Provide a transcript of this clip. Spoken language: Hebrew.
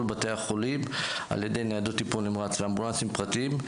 בתי החולים הוא על ידי ניידות טיפול נמרץ ואמבולנסים פרטיים.